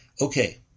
Okay